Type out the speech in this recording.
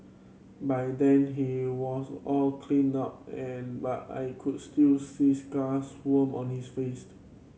by then he was all cleaned up and but I could still see scars on his face